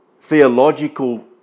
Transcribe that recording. theological